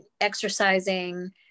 exercising